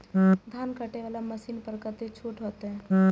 धान कटे वाला मशीन पर कतेक छूट होते?